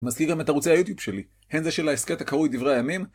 מזכיר גם את ערוצי היוטיוב שלי, הן זה של העסקת הקרוי דברי הימים.